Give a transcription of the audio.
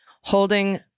holding